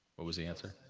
what was the answer?